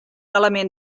element